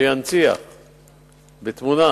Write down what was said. שינציח בתמונה